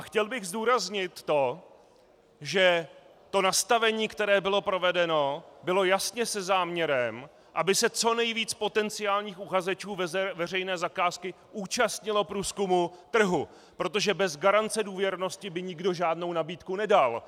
Chtěl bych zdůraznit to, že nastavení, které bylo provedeno, bylo jasně se záměrem, aby se nejvíce potenciálních uchazečů veřejné zakázky účastnilo průzkumu trhu, protože bez garance důvěrnosti by nikdo žádnou nabídku nedal.